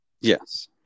Yes